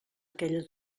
aquella